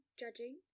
judging